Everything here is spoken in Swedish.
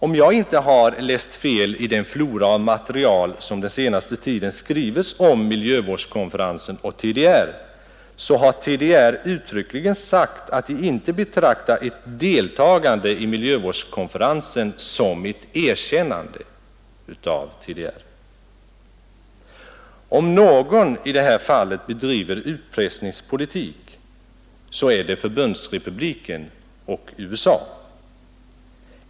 Om jag inte har läst fel i den flora av material som den senaste tiden kommit om miljövårdskonferensen och TDR, så har TDR uttryckligen sagt att landet inte betraktar ett deltagande som ett erkännande av TDR. Om någon i detta fall bedriver utpressningspolitik så är det Förbundsrepubliken och USA.